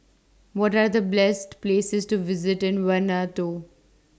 What Are The blest Places to visit in Vanuatu